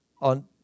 on